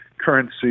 currency